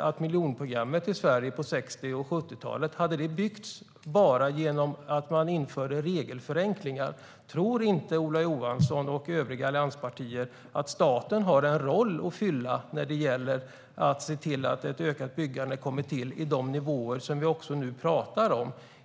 att miljonprogrammet i Sverige på 60 och 70-talet byggdes bara för att man införde regelförenklingar? Tror inte Ola Johansson och övriga allianspartier att staten har en roll att fylla när det gäller att se till att byggandet ökar till de nivåer som vi nu pratar om?